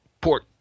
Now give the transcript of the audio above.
Port